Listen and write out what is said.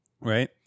Right